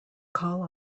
call